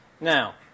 Now